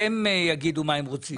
שהם יגידו מה הם רוצים.